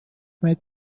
mit